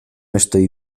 estoy